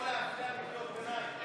או טלפון או להפריע בקריאות ביניים.